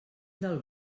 del